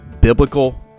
biblical